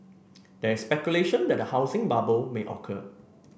there is speculation that a housing bubble may occur